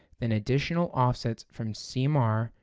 then additional offsets from cmr,